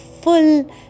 full